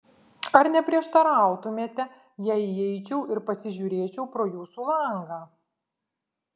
ar neprieštarautumėte jei įeičiau ir pasižiūrėčiau pro jūsų langą